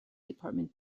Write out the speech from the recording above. department